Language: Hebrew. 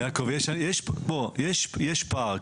יש פער.